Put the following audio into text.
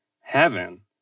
heaven